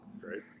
Great